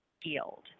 healed